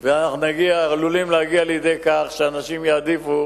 ואנחנו עלולים להגיע לידי כך שאנשים יעדיפו